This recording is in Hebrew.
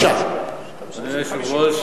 אדוני היושב-ראש,